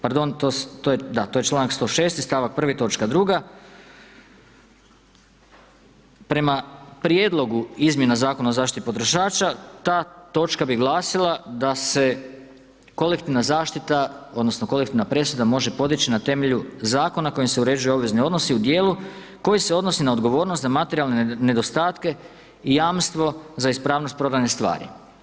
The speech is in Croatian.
Pardon to je čl. 106 stavak 1 točka 2. Prema prijedlogu izmjena Zakonu o zaštiti potrošača, ta točka bi glasila da se kolektivna zaštita odnosno, kolektivna presuda može podići na temelju zakona kojim se uređuju obvezni odnosi u dijelu koji se odnosi na odgovornost za materijalne nedostatke i jamstvo za ispravnost prodajne stvari.